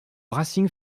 racing